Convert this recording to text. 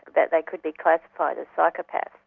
that they could be classified as psychopaths.